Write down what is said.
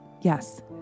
Yes